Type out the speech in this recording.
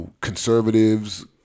conservatives